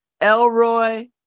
Elroy